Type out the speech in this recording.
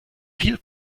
viel